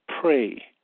pray